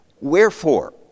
Wherefore